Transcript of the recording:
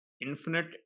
infinite